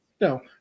no